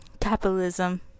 Capitalism